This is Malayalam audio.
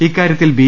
ഇക്കാര്യത്തിൽ ബി